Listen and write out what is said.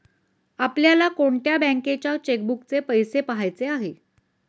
आपल्याला कोणत्या बँकेच्या चेकबुकचे पैसे पहायचे आहे?